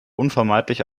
unvermeidlich